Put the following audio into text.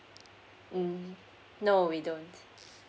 mm no we don't